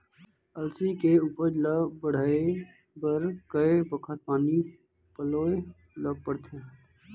अलसी के उपज ला बढ़ए बर कय बखत पानी पलोय ल पड़थे?